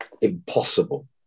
impossible